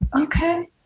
Okay